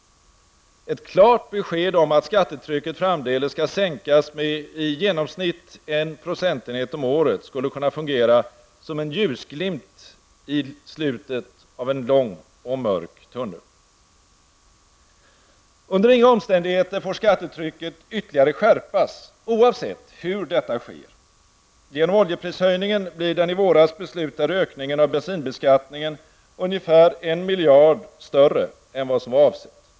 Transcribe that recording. Ett klart besked om att skattetrycket framdeles skall sänkas med i genomsnitt en procentenhet om året skulle kunna fungera som en ljusglimt i slutet av en lång och mörk tunnel. Under inga omständigheter får skattetrycket ytterligare skärpas, oavsett hur detta sker. Genom oljeprishöjningen blir den i våras beslutade ökningen av bensinbeskattningen ungefär 1 miljard större än vad som var avsett.